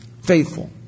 Faithful